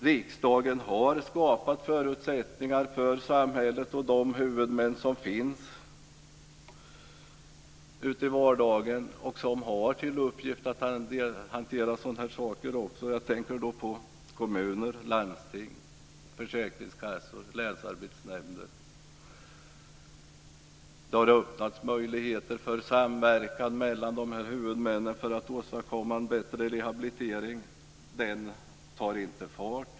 Riksdagen har skapat förutsättningar att agera för de huvudmän som finns för verksamheterna och som har till uppgift att i vardagen hantera sådana här uppgifter. Jag tänker på kommuner, landsting, försäkringskassor och länsarbetsnämnder. Det har öppnats möjligheter för samverkan mellan dessa huvudmän för att åstadkomma en bättre rehabilitering, men en sådan tar inte fart.